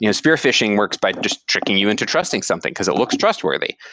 you know spear phishing works by just tricking you into trusting something, because it looks trustworthy.